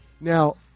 Now